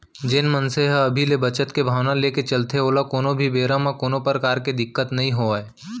जेन मनसे मन ह अभी ले बचत के भावना लेके चलथे ओला कोनो भी बेरा म कोनो परकार के दिक्कत नइ होवय